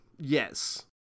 yes